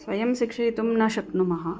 स्वयं शिक्षितुं न शक्नुमः